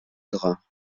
draps